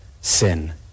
sin